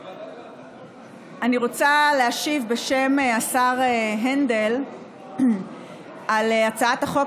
אני רוצה להשיב בשם השר הנדל על הצעת החוק